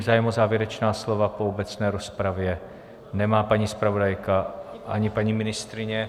Zájem o závěrečná slova po obecné rozpravě nemá paní zpravodajka ani paní ministryně.